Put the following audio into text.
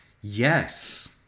Yes